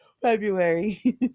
February